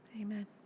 Amen